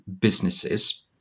businesses